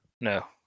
No